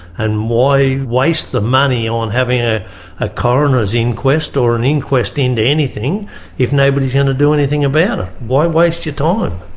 and why waste the money on having a ah coroner's inquest or an inquest into anything if nobody's going to do anything about it? why waste your time?